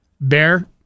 Bear